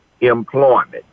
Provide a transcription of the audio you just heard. employment